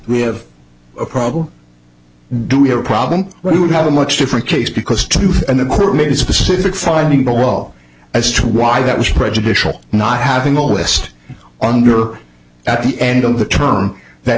we have a problem do we have a problem we would have a much different case because truth and the court made a specific finding the law as to why that was prejudicial not having the west under at the end of the term that